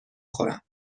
خورم